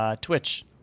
Twitch